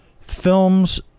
films